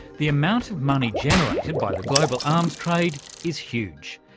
the amount of money generated by the global arms trade is huge.